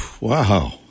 Wow